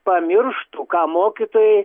pamirštų ką mokytojai